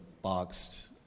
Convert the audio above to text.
boxed